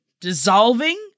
dissolving